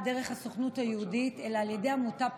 דרך הסוכנות היהודית אלא על ידי עמותה